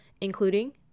including